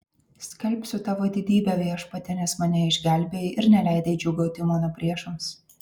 skelbsiu tavo didybę viešpatie nes mane išgelbėjai ir neleidai džiūgauti mano priešams